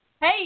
Hey